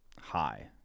high